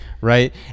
right